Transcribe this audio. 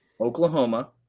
Oklahoma